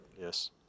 yes